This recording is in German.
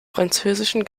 französischen